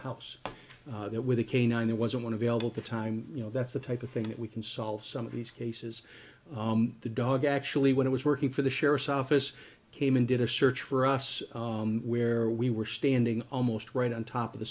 house there with a canine there wasn't one available to time you know that's the type of thing that we can solve some of these cases the dog actually when i was working for the sheriff's office came in did a search for us where we were standing almost right on top of the